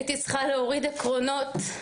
הייתי צריכה להוריד עקרונות,